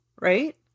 right